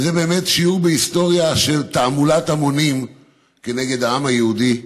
וזה באמת שיעור בהיסטוריה של תעמולת המונים כנגד העם היהודי.